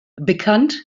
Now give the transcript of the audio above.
bekannt